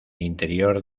interior